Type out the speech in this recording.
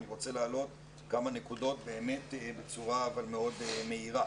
אני רוצה להעלות כמה נקודות בצורה מאוד מהירה.